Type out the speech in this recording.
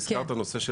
הזכרת את הנושא של